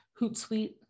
Hootsuite